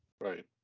Right